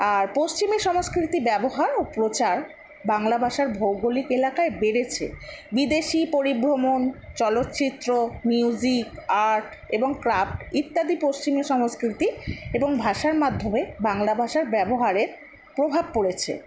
আর পশ্চিমি সংস্কৃতি ব্যবহার ও প্রচার বাংলাভাষার ভৌগোলিক এলাকায় বেড়েছে বিদেশী পরিভ্রমণ চলচ্চিত্র মিউজিক আর্ট এবং ক্রাফট ইত্যাদি পশ্চিমি সংস্কৃতি এবং ভাষার মাধ্যমে বাংলা ভাষার ব্যবহারের প্রভাব পড়েছে